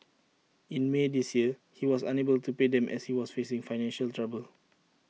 in may this year he was unable to pay them as he was facing financial trouble